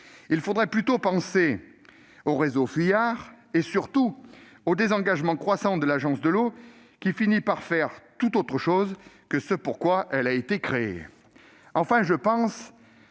il faudrait plutôt agir sur les réseaux fuyards et, surtout, remédier au désengagement croissant de l'Agence de l'eau, qui finit par faire tout autre chose que ce pour quoi elle a été créée.